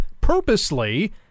purposely